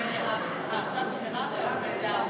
שאינם רשאים להינשא על-פי הדין הדתי,